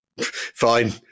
Fine